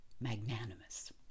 magnanimous